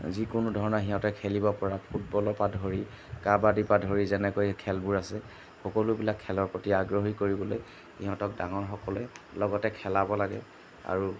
যিকোনো ধৰণৰ সিহঁতে খেলিব পৰা ফুটবলৰপৰা ধৰি কাবাডীৰপৰা ধৰি যেনেকৈ এই খেলবোৰ আছে সকলোবিলাক খেলৰ প্ৰতি আগ্ৰহী কৰিবলৈ সিহঁতক ডাঙৰসকলে লগতে খেলাব লাগে আৰু